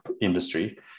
industry